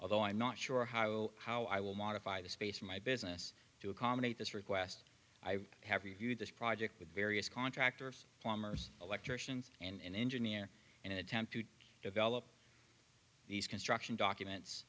although i'm not sure how how i will modify the space for my business to accommodate this request i have reviewed this project with various contractors plumbers electricians and engineer and in attempt to develop these construction documents